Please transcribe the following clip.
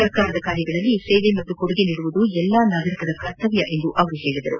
ಸರ್ಕಾರದ ಕಾರ್ಯಗಳಲ್ಲಿ ಸೇವೆ ಮತ್ತು ಕೊಡುಗೆ ನೀಡುವುದು ಎಲ್ಲ ನಾಗರಿಕರ ಕರ್ತವ್ಲ ಎಂದು ಅವರು ಹೇಳಿದರು